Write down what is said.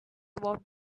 about